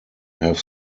have